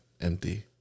empty